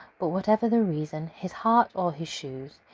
but whatever the reason, his heart or his shoes,